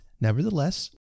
nevertheless